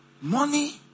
Money